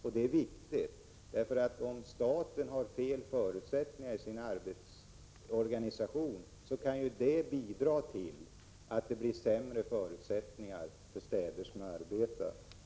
Detta är viktigt, för om staten har felaktiga förutsättningar för sin arbetsorganisation så kan det bidra till att städerskorna får sämre möjligheter att arbeta.